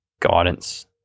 guidance